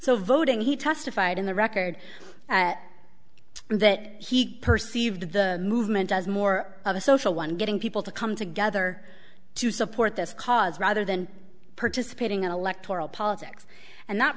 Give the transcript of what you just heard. so voting he testified in the record that he perceived the movement as more of a social one getting people to come together to support this cause rather than participating in electoral politics and not